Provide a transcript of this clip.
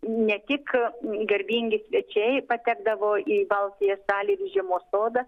ne tik garbingi svečiai patekdavo į baltąją salę ir į žiemos sodą